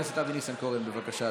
אבי ניסנקורן, בבקשה,